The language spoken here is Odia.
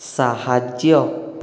ସାହାଯ୍ୟ